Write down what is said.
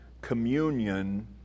communion